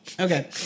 Okay